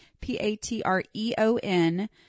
P-A-T-R-E-O-N